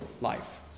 life